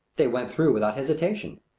they went through without hesitation.